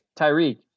Tyreek